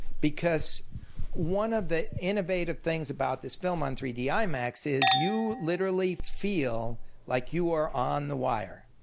because one of the innovative things about this film on three d imax is you literally feel like you are on the wire.